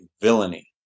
villainy